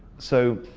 so,